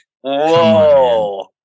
Whoa